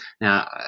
Now